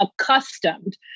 accustomed